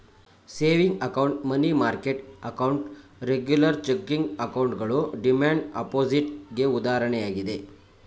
saving account, money market account, regular checking ಅಕೌಂಟ್ಗಳು demand deposit ಗೆ ಉದಾಹರಣೆಯಾಗಿದೆ